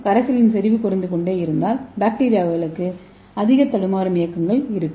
கரைசலின் செறிவு குறைந்து கொண்டே இருந்தால் பாக்டீரியாவுக்கு அதிக தடுமாறும் இயக்கங்கள் இருக்கும்